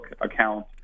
account